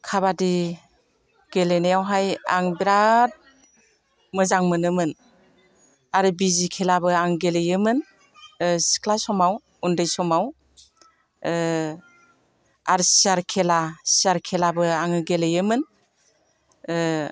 खाबादि गेलेनायावहाय आं बिराद मोजां मोनोमोन आरो बिजि खेलाबो आं गेलेयोमोन सिख्ला समाव उन्दै समाव आरो सियार खेला सियार खेलाबो आङो गेलेयोमोन